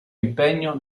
impegno